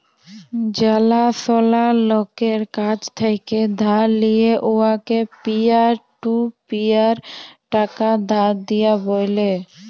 জালাশলা লকের কাছ থ্যাকে ধার লিঁয়ে উয়াকে পিয়ার টু পিয়ার টাকা ধার দিয়া ব্যলে